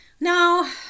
Now